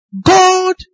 God